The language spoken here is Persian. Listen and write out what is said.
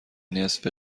نصف